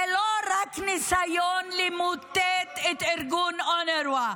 זה לא רק ניסיון למוטט את ארגון אונר"א,